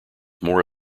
more